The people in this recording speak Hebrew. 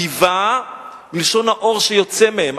"זיווה" מלשון האור שיוצא מהם,